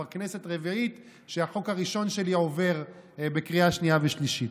כבר כנסת רביעית שהחוק הראשון שלי עובר בקריאה שנייה ושלישית.